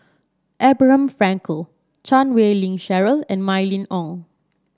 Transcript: Abraham Frankel Chan Wei Ling Cheryl and Mylene Ong